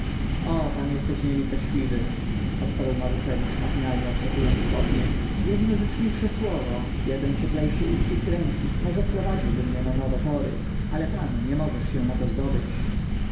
ułatwiać tej podróży o pan jesteś nielitościwy odparł maruszewicz machinalnie otrzepując spodnie jedno życzliwsze słowo jeden cieplejszy uścisk ręki może wprowadziłby mnie na nowe tory ale pan nie możesz się na to zdobyć